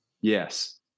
Yes